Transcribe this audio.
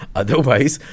otherwise